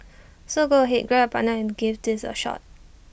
so go ahead grab your partner and give these A shot